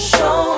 Show